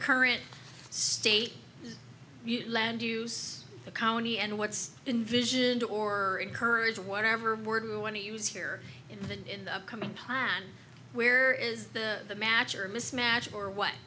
current state land use the county and what's in vision or courage whatever word we want to use here in the upcoming plan where is the match or mismatch or what